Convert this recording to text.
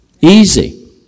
Easy